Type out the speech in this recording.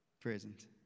present